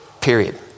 period